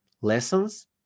lessons